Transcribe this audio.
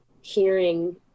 hearing